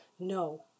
No